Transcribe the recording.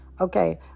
Okay